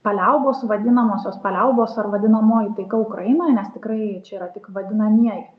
paliaubos vadinamosios paliaubos ar vadinamoji taika ukrainoje nes tikrai čia yra tik vadinamieji